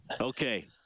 Okay